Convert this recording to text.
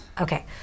Okay